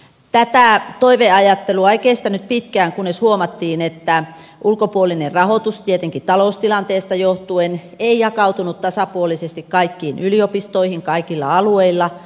tätä toiveajattelua ei kestänyt pitkään kunnes huomattiin että ulkopuolinen rahoitus tietenkin taloustilanteesta johtuen ei jakautunut tasapuolisesti kaikkiin yliopistoihin kaikilla alueilla